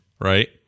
right